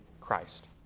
Christ